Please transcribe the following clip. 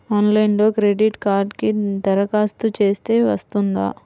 ఆన్లైన్లో క్రెడిట్ కార్డ్కి దరఖాస్తు చేస్తే వస్తుందా?